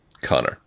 Connor